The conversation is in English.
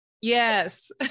Yes